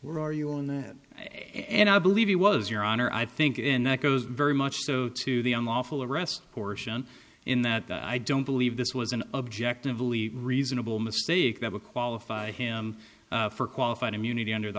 were arguing that and i believe it was your honor i think in that goes very much so to the unlawful arrest portion in that i don't believe this was an objectively reasonable mistake of a qualify him for qualified immunity under the